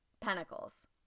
pentacles